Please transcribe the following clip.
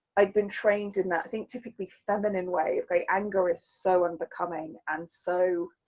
i've been trained in that, think typically feminine way, where anger is so unbecoming, and so,